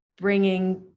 bringing